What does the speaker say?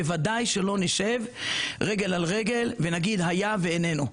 בוודאי שלא נשב רגל על רגל ונגיד: "היה ואיננו".